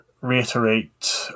reiterate